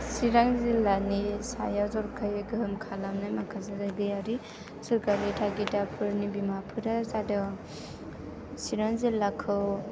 सिरां जिल्लानि सायाव जर'खायै गोहोम खालामनाय माखासे जायगायारि जौगानाय थागिदाफोरनि बीमाफोरा जादों सिरां जिल्लाखौ